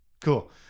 Cool